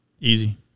easy